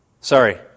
sorry